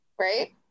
Right